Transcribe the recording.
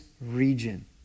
region